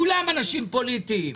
כולם אנשים פוליטיים.